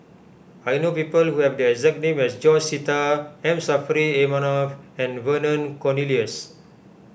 I know people who have the exact name as George Sita M Saffri A Manaf and Vernon Cornelius